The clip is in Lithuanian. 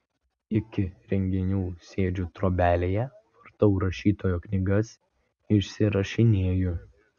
iki renginių sėdžiu trobelėje vartau rašytojo knygas išsirašinėju